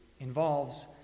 involves